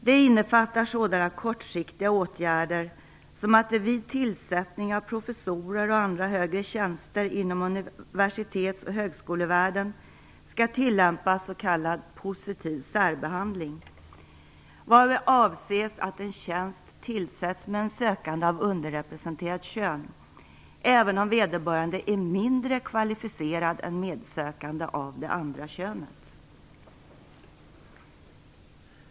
Den innefattar sådana kortsiktiga åtgärder som att det vid tillsättning av professorer och andra högre tjänster inom universitets och högskolevärlden skall tillämpas s.k. positiv särbehandling, varmed avses att en tjänst tillsätts med en sökande av underrepresenterat kön även om vederbörande är mindre kvalificerad än medsökande av det andra könet.